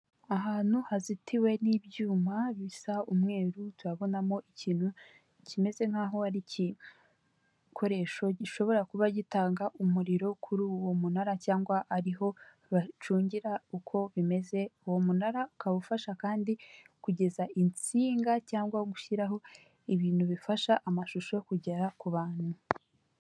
Ahantu hazitiwe n'ibyuma bisa umweru turabonamo ikintu kimeze nk'aho ari igikoresho gishobora kuba gitanga umuriro kuri uwo munara cyangwa ariho bacungira uko bimeze, uwo munara ukabafasha kandi kugeza insinga cyangwa gushyiraho ibintu bifasha amashusho yo kugera ku bantu.